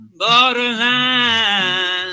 borderline